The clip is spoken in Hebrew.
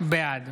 בעד